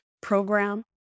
program